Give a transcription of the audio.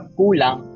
kulang